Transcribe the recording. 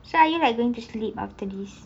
so are you going to sleep after this